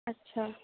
اچھا